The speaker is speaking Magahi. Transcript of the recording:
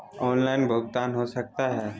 ऑनलाइन भुगतान हो सकता है?